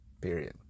period